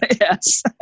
yes